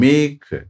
Make